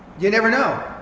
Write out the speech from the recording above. you never know.